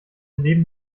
leben